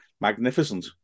magnificent